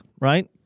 right